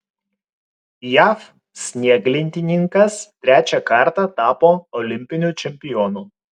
jav snieglentininkas trečią kartą tapo olimpiniu čempionu